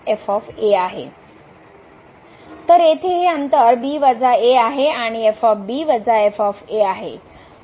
तर येथे हे अंतर आहे आणि हे आहे